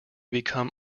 become